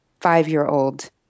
five-year-old